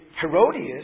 Herodias